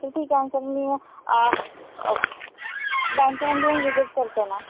किती ओक बँकेमध्ये विझिट करते मॅम